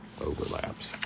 overlaps